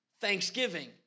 thanksgiving